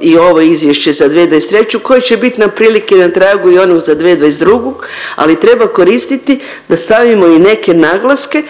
i ovo izvješće za 2023. koje će bit na prilike na tragu i onog za 2022., ali treba koristiti da stavimo i neke naglaske